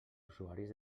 usuaris